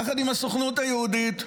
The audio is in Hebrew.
יחד עם הסוכנות היהודית,